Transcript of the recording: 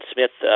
Smith